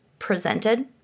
presented